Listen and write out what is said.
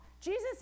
Jesus